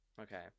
Okay